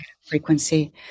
frequency